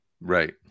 Right